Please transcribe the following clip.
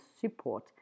support